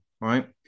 right